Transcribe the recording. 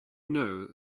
know